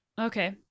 Okay